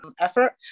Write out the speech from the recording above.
effort